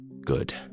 Good